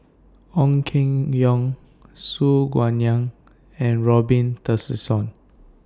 Ong Keng Yong Su Guaning and Robin Tessensohn